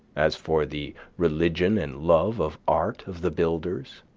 as for the religion and love of art of the builders,